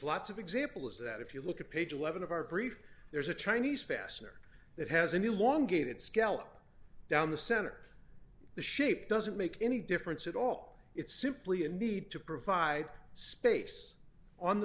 lots of examples that if you look at page eleven of our brief there's a chinese fastener that has a new long gated scallop down the center of the ship doesn't make any difference at all it's simply a need to provide space on the